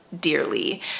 Dearly